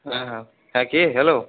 হ্যাঁ হ্যাঁ হ্যাঁ কে হ্যালো